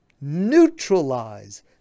neutralize